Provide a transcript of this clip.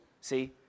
See